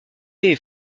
est